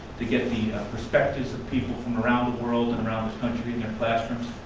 to get the perspectives of people from around the world and around the country in their classrooms.